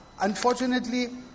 Unfortunately